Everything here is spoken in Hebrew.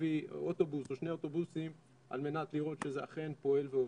להביא אוטובוס או שני אוטובוסים על מנת לראות שזה אכן עובד ופועל.